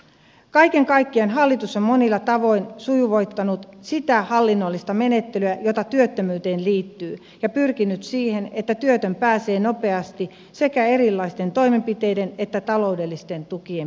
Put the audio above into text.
kaiken kaikkiaan hallitus on monilla tavoin sujuvoittanut sitä hallinnollista menettelyä jota työttömyyteen liittyy ja pyrkinyt siihen että työtön pääsee nopeasti sekä erilaisten toimenpiteiden että taloudellisten tukien piiriin